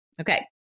Okay